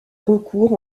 recours